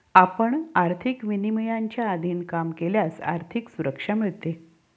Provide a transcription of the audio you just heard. आपण आर्थिक विनियमांच्या अधीन काम केल्यास आर्थिक सुरक्षा मिळते